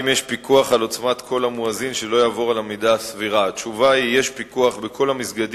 חבר הכנסת נסים זאב שאל את השר להגנת הסביבה ביום ט"ו בכסלו